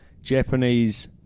Japanese